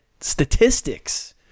statistics